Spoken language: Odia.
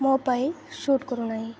ମୋ ପାଇଁ ସୁଟ୍ କରୁନାହିଁ